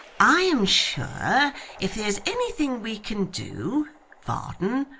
i am sure if there's anything we can do varden,